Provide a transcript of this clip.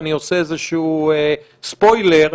אני עושה איזשהו ספויילר,